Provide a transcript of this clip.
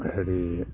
হেৰি